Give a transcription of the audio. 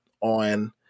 on